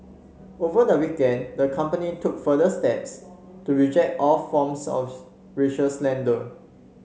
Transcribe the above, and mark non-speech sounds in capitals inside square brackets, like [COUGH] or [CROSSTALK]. over the weekend the company took further steps to reject all forms of [UNINTELLIGIBLE] racial slander